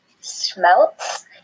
smelts